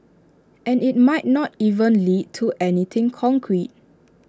and IT might not even lead to anything concrete